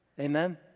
Amen